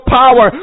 power